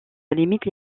limite